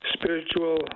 spiritual